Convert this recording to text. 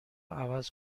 عوض